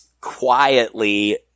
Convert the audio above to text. quietly